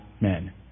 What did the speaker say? men